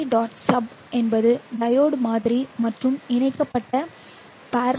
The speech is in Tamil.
sub என்பது டையோடு மாதிரி மற்றும் இணைக்கப்பட்ட parallel